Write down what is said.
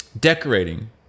decorating